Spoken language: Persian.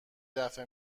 دفه